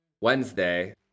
Wednesday